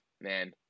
man